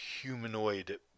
humanoid